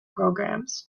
programmes